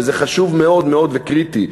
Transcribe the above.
וזה חשוב מאוד מאוד וקריטי,